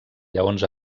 lleons